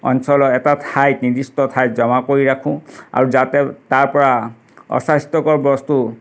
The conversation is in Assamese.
অঞ্চলৰ এটা ঠাইত নিৰ্দিষ্ট ঠাইত জমা কৰি ৰাখোঁ আৰু যাতে তাৰ পৰা অস্বাস্থ্যকৰ বস্তু